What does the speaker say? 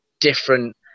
different